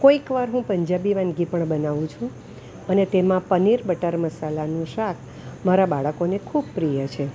કોઇક વાર હું પંજાબી વાનગી પણ બનાવું છું અને તેમાં પનીર બટર મસાલાનું શાક મારા બાળકોને ખૂબ પ્રિય છે